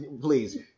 Please